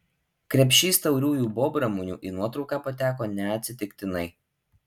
krepšys tauriųjų bobramunių į nuotrauką pateko neatsitiktinai